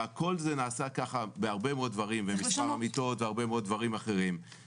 וזה נעשה כך במספר המיטות ובהרבה מאוד דברים אחרים.